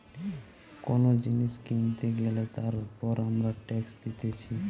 কোন জিনিস কিনতে গ্যালে তার উপর আমরা ট্যাক্স দিতেছি